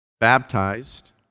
Baptized